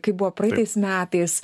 kaip buvo praeitais metais